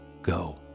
go